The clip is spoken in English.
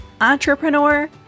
entrepreneur